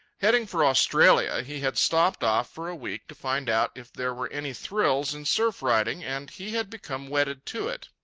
heading for australia, he had stopped off for a week to find out if there were any thrills in surf-riding, and he had become wedded to it.